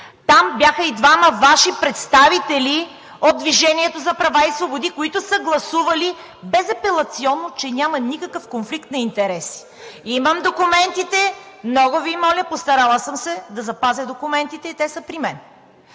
Там бяха и двама Ваши представители от „Движението за права и свободи“, които са гласували безапелационно, че няма никакъв конфликт на интереси. Имам документите, много Ви моля, постарала съм се да запазя документите и те са при мен.